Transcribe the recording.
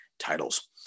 titles